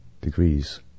degrees